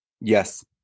Yes